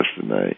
tonight